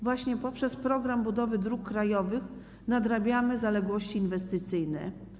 Właśnie poprzez „Program budowy dróg krajowych” nadrabiamy zaległości inwestycyjne.